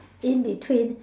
in between